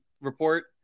report